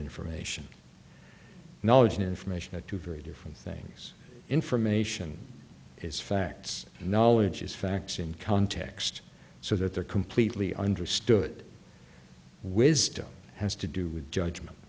information knowledge and information are two very different things information is facts and knowledge is facts in context so that they're completely understood wisdom has to do with judgment